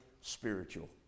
spiritual